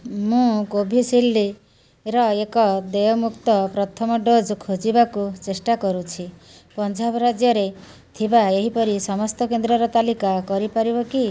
ମୁଁ କୋଭିଶିଲ୍ଡର ଏକ ଦେୟଯୁକ୍ତ ପ୍ରଥମ ଡ଼ୋଜ୍ ଖୋଜିବାକୁ ଚେଷ୍ଟା କରୁଛି ପଞ୍ଜାବ ରାଜ୍ୟରେ ଥିବା ଏହିପରି ସମସ୍ତ କେନ୍ଦ୍ରର ତାଲିକା କରିପାରିବ କି